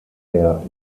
der